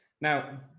Now